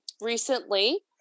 Recently